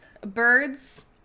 Birds